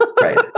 Right